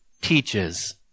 teaches